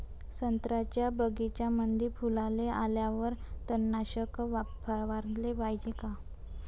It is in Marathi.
संत्र्याच्या बगीच्यामंदी फुलाले आल्यावर तननाशक फवाराले पायजे का?